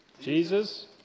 Jesus